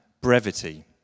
brevity